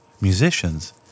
musicians